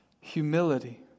humility